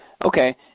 Okay